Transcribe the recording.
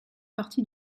partie